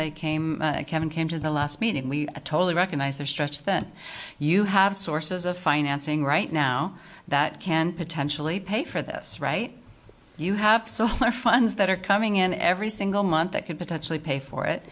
they came kevin came to the last meeting we totally recognize that stretch that you have sources of financing right now that can potentially pay for this right you have funds that are coming in every single month that could potentially pay for it